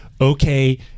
okay